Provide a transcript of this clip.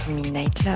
Midnight